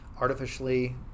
artificially